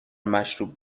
مشروب